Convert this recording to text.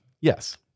Yes